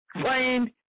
trained